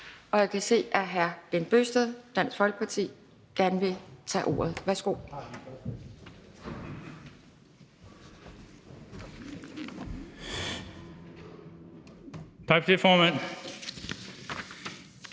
Jeg kan se, at hr. Bent Bøgsted, Dansk Folkeparti, gerne vil tage ordet. Værsgo.